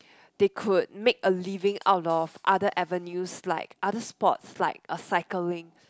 they could make a living out of other avenues like other sports like uh cycling